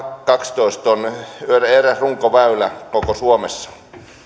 kaksitoista on eräs runkoväylä koko suomessa